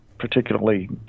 particularly